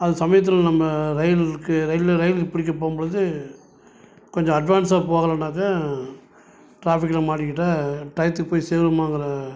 அது சமயத்தில் நம்ம ரயிலுக்கு ரயில்வே ரயில் பிடிக்க போகும்போது கொஞ்சம் அட்வான்ஸாக போகலைனாக்கா ட்ராஃபிக்கில் மாட்டிக்கிட்டால் டயத்துக்கு போய் சேருவோமாங்கிற